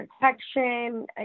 protection